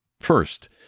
First